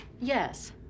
Yes